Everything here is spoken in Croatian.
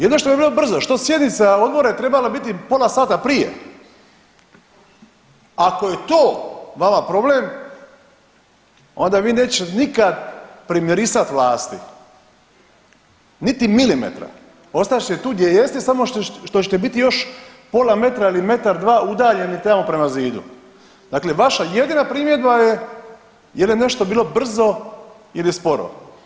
Jedino što bi bilo brzo što sjednica odbora je treba pola sata prije, ako je to vama problem onda vi nećete nikad primirisat vlasti niti milimetra, ostat ćete tu gdje jeste samo što ćete biti još pola metra ili metar, dva udaljeni tamo prema zidu dakle, vaša jedina primjedba je jel je nešto bilo brzo ili sporo.